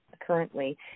currently